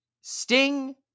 Sting